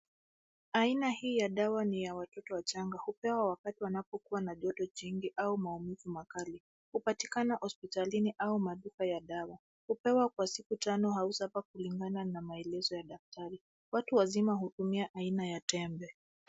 Aina hii ya dawa ni ya watoto wachanga, Hupewa wakati wanapokuwa na joto jingi au maumivu makali, hupatikana hospitalini, au maduka ya dawa. Hupewa kwa siku tano, au saba kulingana na maelezo ya daktari. Watu wazima hutumia aina ya tembe.